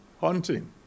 hunting